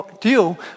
deal